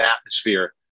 atmosphere